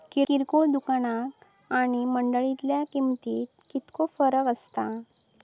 किरकोळ दुकाना आणि मंडळीतल्या किमतीत कितको फरक असता?